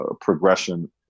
progression